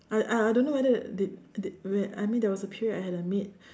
I I I don't know whether did did when I mean there was a period I had a maid